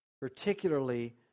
Particularly